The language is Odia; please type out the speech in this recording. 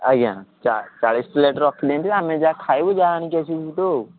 ଆଜ୍ଞା ଚାଳିଶ ପ୍ଲେଟ୍ ରଖିଦିଅନ୍ତୁ ଆମେ ଯାହା ଖାଇବୁ ଯାହା ଆଣିକି ଆସିବୁ ସେଠୁ ଆଉ